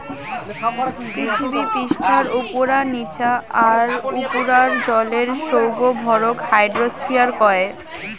পিথীবি পিষ্ঠার উপুরা, নিচা আর তার উপুরার জলের সৌগ ভরক হাইড্রোস্ফিয়ার কয়